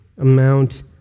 amount